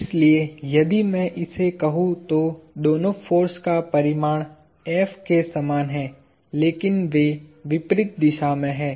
इसलिए यदि मैं इसे कहूं तो दोनों फोर्स का परिमाण F के समान है लेकिन वे विपरीत दिशा में हैं